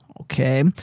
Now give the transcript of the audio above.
Okay